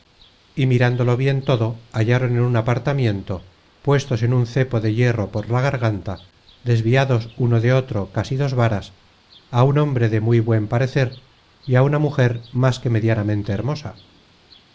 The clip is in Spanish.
y mirándolo bien todo hallaron en un apartamiento puestos en un cepo de hierro por la garganta desviados uno de otro casi dos varas á un hombre de muy buen parecer y a una mujer más que medianamente hermosa